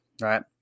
Right